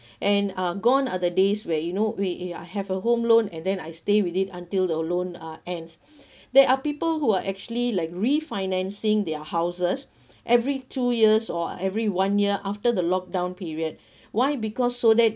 and uh gone are the days where you know we eh I have a home loan and then I stay with it until the loan uh ends there are people who are actually like refinancing their houses every two years or every one year after the lockdown period why because so that